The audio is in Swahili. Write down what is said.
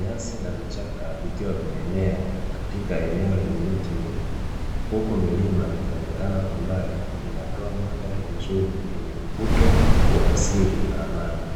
Nyasi na vichaka vikiwaal vimeenea kwenye miti mingi, huku milima ikionekana kwa mbali inatoa madhari nzuri yenye mvuto wa asili na amani